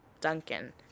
duncan